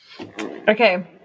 Okay